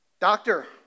Doctor